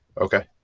Okay